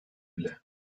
bile